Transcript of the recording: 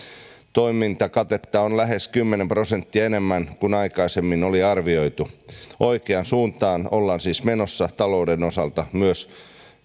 toimintakatetta on lähes kymmenen prosenttia enemmän kuin aikaisemmin oli arvioitu oikeaan suuntaan ollaan siis menossa talouden osalta myös